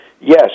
yes